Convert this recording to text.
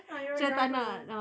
ah dorang gaduh